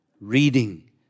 reading